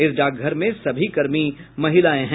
इस डाकघर में सभी कर्मी महिलाएं हैं